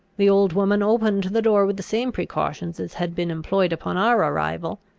the old woman opened the door with the same precautions as had been employed upon our arrival,